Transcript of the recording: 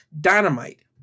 dynamite